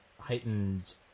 heightened